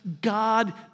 God